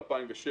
ב-2006.